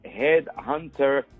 Headhunter